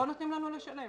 לא נותנים לנו לשלם.